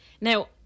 Now